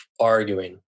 arguing